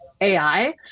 AI